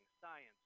science